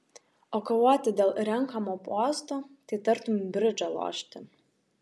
o kovoti dėl renkamo posto tai tartum bridžą lošti